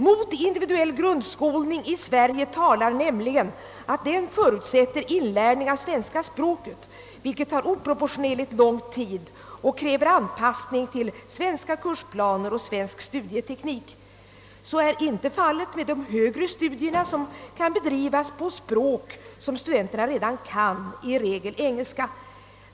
Mot individuell grundskolning i Sverige talar nämligen, att den förutsätter inlärning av svenska språket, vilket tar oproportionerligt lång tid och kräver anpassning till svenska kursplaner och svensk studieteknik. Så är inte fallet med de högre studierna som kan bedrivas på språk som studenterna redan kan, i regel engelska.